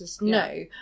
No